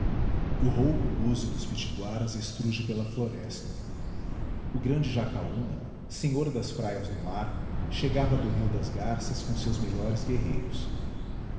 o rouco búzio dos pitiguaras estruge pela floresta o grande jacaúna senhor das praias do mar chegava do rio das garças com seus melhores guerreiros